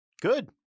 Good